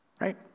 right